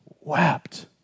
wept